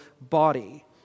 body